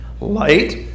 Light